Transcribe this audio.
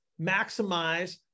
maximize